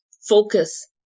Focus